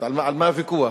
על מה הוויכוח?